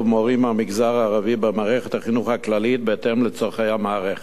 מורים מהמגזר הערבי במערכת החינוך הכללית בהתאם לצורכי המערכת.